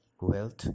Wealth